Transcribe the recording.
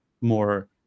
more